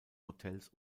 hotels